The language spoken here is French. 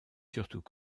surtout